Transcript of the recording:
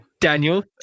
Daniel